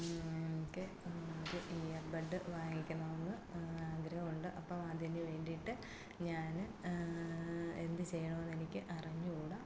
എനിക്ക് ഒരു ear bud വാങ്ങിക്കണം എന്ന് ആഗ്രഹമുണ്ട് അപ്പോൾ അതിന് വേണ്ടിയിട്ട് ഞാൻ എന്ത് ചെയ്യണം എന്ന് എനിക്ക് അറിഞ്ഞുകൂട